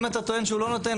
אם אתה טוען שהוא לא נותן,